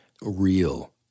real